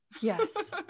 Yes